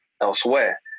elsewhere